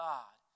God